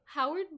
Howard